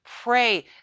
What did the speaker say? pray